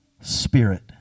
spirit